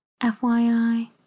FYI